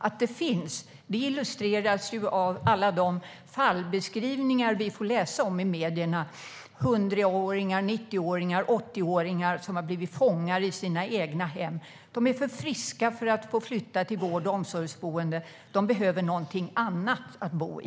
Att det finns illustreras av alla de fallbeskrivningar vi får läsa om i medierna, där 100, 90 och 80-åringar har blivit fångar i sina egna hem. De är för friska för att få flytta till vård och omsorgsboende, men de behöver något annat att bo i.